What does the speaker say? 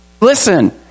listen